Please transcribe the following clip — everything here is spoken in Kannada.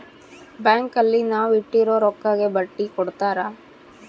ಬ್ಯಾಂಕ್ ಅಲ್ಲಿ ನಾವ್ ಇಟ್ಟಿರೋ ರೊಕ್ಕಗೆ ಬಡ್ಡಿ ಕೊಡ್ತಾರ